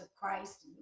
Christ